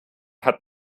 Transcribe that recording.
hat